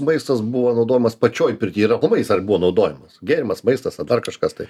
maistas buvo naudojamas pačioj pirty ir aplamai jis ar buvo naudojamas gėrimas maistas ar dar kažkas tai